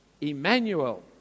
Emmanuel